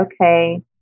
okay